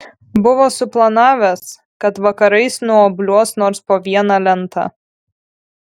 buvo suplanavęs kad vakarais nuobliuos nors po vieną lentą